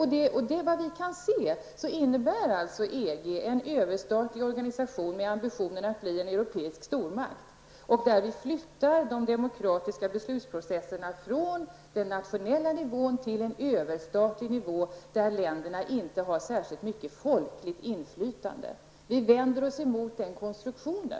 Såvitt vi förstår innebär EG en överstatlig organisation som har ambitionen att bli en europeisk stormakt, där de demokratiska beslutsprocesserna flyttas från den nationella nivån till en överstatlig nivå där länderna inte har särskilt stort folkligt inflytande. Vi vänder oss mot en sådan konstruktion.